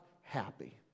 happy